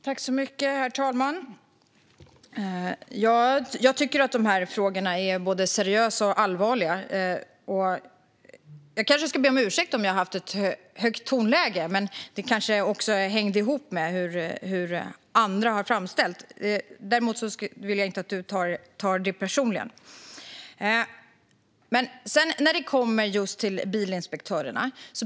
Herr talman! Jag tycker att dessa frågor är både seriösa och allvarliga. Jag kanske ska be om ursäkt om jag har haft ett högt tonläge, men det kanske också hänger ihop med hur andra har uttryckt sig. Men jag vill inte att du ska ta det personligt, Thomas Morell.